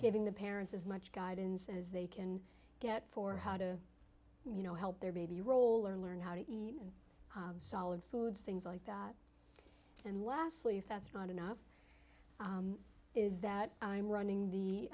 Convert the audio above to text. giving the parents as much guidance as they can get for how to you know help their baby roll or learn how to eat solid foods things like that and lastly if that's not enough is that i'm running the